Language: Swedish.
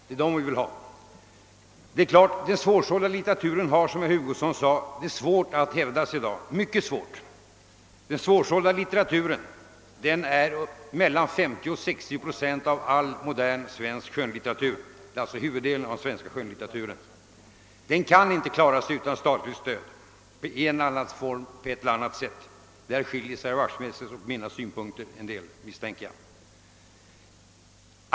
Det är riktigt som herr Hugosson sade, att den svårsålda litteraturen har det besvärligt att hävda sig i dag. Och den svårsålda litteraturen utgör mellan 50 och 60 procent av all modern svensk skönlitteratur — alltså huvuddelen av den svenska skönlitteraturen. Den kan inte klara sig utan statligt stöd i en eller annan form. Därvidlag skiljer sig herr Wachtmeisters och mina synpunkter en del, misstänker jag.